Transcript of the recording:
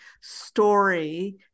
story